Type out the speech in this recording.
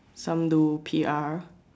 some do P_R